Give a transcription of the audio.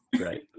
right